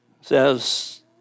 says